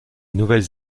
nouvelle